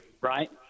right